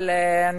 אנחנו נעבור, אם